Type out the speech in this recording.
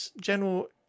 General